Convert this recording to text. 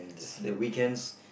the weekends